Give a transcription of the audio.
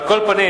על כל פנים,